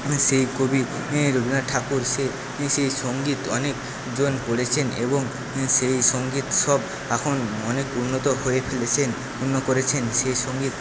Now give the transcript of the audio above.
সেই কবি রবীন্দ্রনাথ ঠাকুর সে সেই সঙ্গীত অনেকজন পড়েছেন এবং সেই সঙ্গীত সব এখন অনেক উন্নত হয়ে ফেলেছেন পূর্ণ করেছেন সেই সঙ্গীত